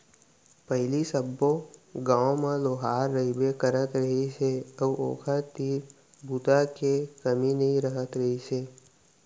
पहिली सब्बो गाँव म लोहार रहिबे करत रहिस हे अउ ओखर तीर बूता के कमी नइ रहत रहिस हे